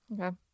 Okay